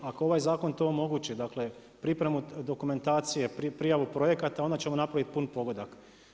Ako ovaj zakon to omogući, dakle pripremu dokumentacije, prijavu projekata onda ćemo napraviti pun pogodak.